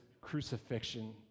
crucifixion